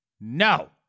No